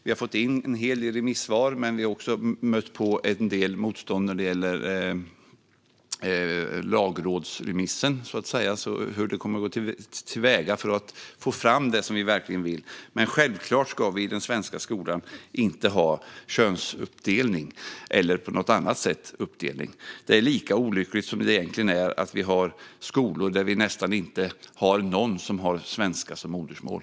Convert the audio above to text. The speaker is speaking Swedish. Vi har fått in en hel del remissvar, men vi har också mött en del motstånd när det gäller lagrådsremissen, så att säga. Det gäller hur vi ska gå till väga för att få fram det som vi verkligen vill. Men självklart ska vi i den svenska skolan inte ha en könsuppdelning eller en uppdelning på något annat sätt. Det är egentligen lika olyckligt som att vi har skolor där nästan ingen har svenska som modersmål.